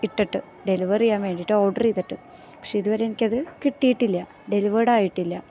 ഇട്ടിട്ട് ഡെലിവർ ചെയ്യാന് വേണ്ടിയിട്ട് ഓഡര് ചെയ്തിട്ട് പക്ഷെ ഇതുവരെയും എനിക്കത് കിട്ടിയിട്ടില്ല ഡെലിവേഡായിട്ടില്ല